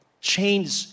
change